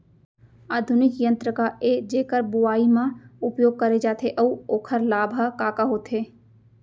आधुनिक यंत्र का ए जेकर बुवाई म उपयोग करे जाथे अऊ ओखर लाभ ह का का होथे?